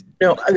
No